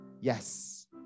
yes